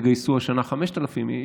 תגייסו השנה 5,000 איש,